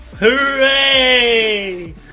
Hooray